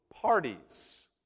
parties